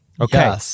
Okay